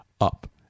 up